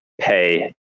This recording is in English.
pay